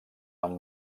amb